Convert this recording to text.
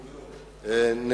בעיני,